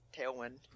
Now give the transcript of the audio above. Tailwind